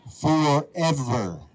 forever